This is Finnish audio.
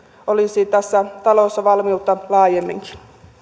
olisi tässä talossa valmiutta laajemminkin